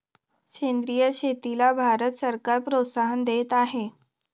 सेंद्रिय शेतीला भारत सरकार प्रोत्साहन देत आहे